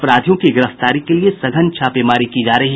अपराधियों की गिरफ्तारी के लिए सघन छापेमारी की जा रही है